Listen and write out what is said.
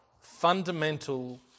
fundamental